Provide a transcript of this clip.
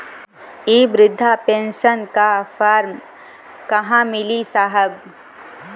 इ बृधा पेनसन का फर्म कहाँ मिली साहब?